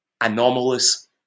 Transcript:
anomalous